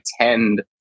attend